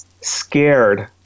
scared